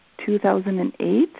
2008